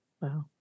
Wow